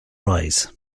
rise